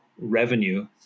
revenue